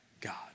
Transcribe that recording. God